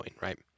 right